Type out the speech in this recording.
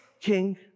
king